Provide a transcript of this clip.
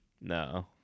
No